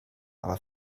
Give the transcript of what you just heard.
aber